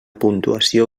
puntuació